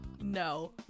No